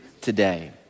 today